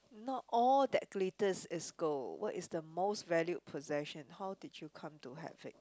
not all that glitters is gold what is the most valued possession how did you come to have it